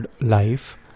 life